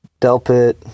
Delpit